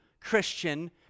Christian